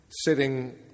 sitting